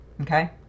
Okay